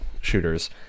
shooters